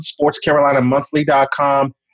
sportscarolinamonthly.com